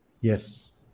Yes